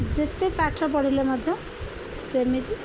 ଯେତେ ପାଠ ପଢ଼ିଲେ ମଧ୍ୟ ସେମିତି